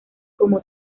como